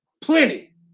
Plenty